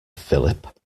philip